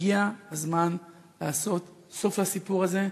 הגיע הזמן לעשות סוף לסיפור הזה,